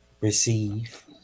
receive